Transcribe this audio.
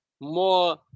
more